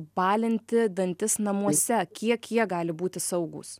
balinti dantis namuose kiek jie gali būti saugūs